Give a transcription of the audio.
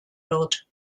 wird